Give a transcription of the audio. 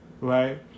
right